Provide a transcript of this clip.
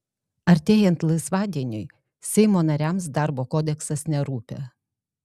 artėjant laisvadieniui seimo nariams darbo kodeksas nerūpi